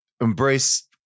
embrace